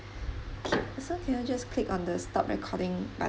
okay so can you just click on the stop recording but